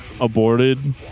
aborted